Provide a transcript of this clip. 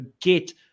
get